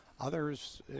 Others